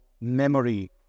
memory